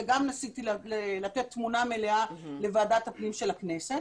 גם כאן ניסיתי לתת תמונה מלאה לוועדת הפנים של הכנסת,